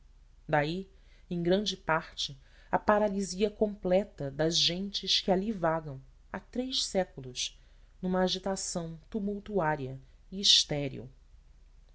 daí em grande parte a paralisia completa das gentes que ali vagam há três séculos numa agitação tumultuária e estéril